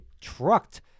trucked